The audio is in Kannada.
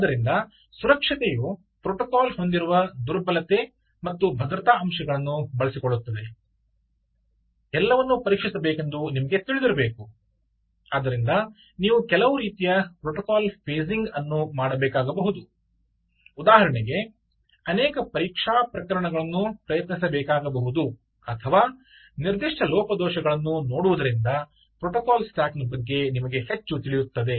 ಆದ್ದರಿಂದ ಸುರಕ್ಷತೆಯು ಪ್ರೋಟೋಕಾಲ್ ಹೊಂದಿರುವ ದುರ್ಬಲತೆ ಮತ್ತು ಭದ್ರತಾ ಅಂಶಗಳನ್ನು ಬಳಸಿಕೊಳ್ಳುತ್ತದೆ ಎಲ್ಲವನ್ನು ಪರೀಕ್ಷಿಸಬೇಕೆಂದು ನಿಮಗೆ ತಿಳಿದಿರಬೇಕು ಆದ್ದರಿಂದ ನೀವು ಕೆಲವು ರೀತಿಯ ಪ್ರೋಟೋಕಾಲ್ ಫೇಜಿಂಗ್ ಅನ್ನು ಮಾಡಬೇಕಾಗಬಹುದು ಉದಾಹರಣೆಗೆ ಅನೇಕ ಪರೀಕ್ಷಾ ಪ್ರಕರಣಗಳನ್ನು ಪ್ರಯತ್ನಿಸಬೇಕಾಗಬಹುದು ಅಥವಾ ನಿರ್ದಿಷ್ಟ ಲೋಪದೋಷಗಳನ್ನು ನೋಡುವುದರಿಂದ ಪ್ರೋಟೋಕಾಲ್ ಸ್ಟ್ಯಾಕ್ ನ ಬಗ್ಗೆ ನಿಮಗೆ ಹೆಚ್ಚು ತಿಳಿಯುತ್ತದೆ